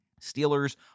Steelers